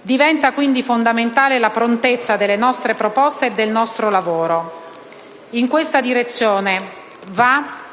Diventa quindi fondamentale la prontezza delle nostre proposte e del nostro lavoro e in questa direzione va